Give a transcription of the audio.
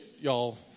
y'all